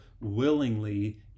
willingly